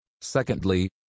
Secondly